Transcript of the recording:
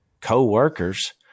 co-workers